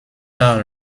par